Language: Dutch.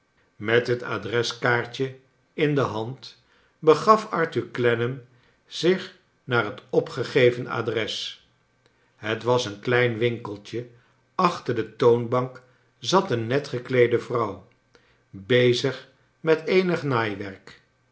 met het adreskaartje in de hand be gaf arthur clennam zich naar het opgegeven adres het was een klein winkeltje achter de toonbank zat een net gekleede vrouw bezig met eeaig naaiwerk